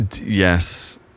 Yes